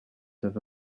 have